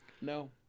No